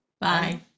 Bye